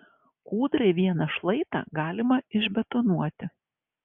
kūdrai vieną šlaitą galima išbetonuoti